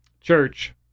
church